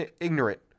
ignorant